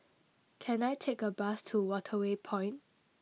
can I take a bus to Waterway Point